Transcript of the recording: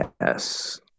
Yes